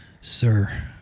sir